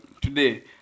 Today